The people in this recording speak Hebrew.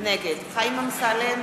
נגד חיים אמסלם,